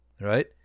right